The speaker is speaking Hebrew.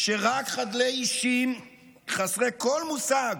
שרק חדלי אישים חסרי כל מושג